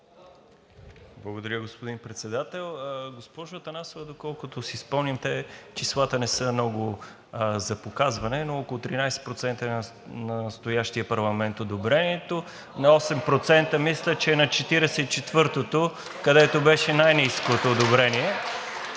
Благодаря, господин Председател. Госпожо Атанасова, доколкото си спомняте, числата не са много за показване, но около 13% е на настоящия парламент одобрението, на 8% мисля, че е на Четиридесет и четвъртото, където беше най-ниското одобрение.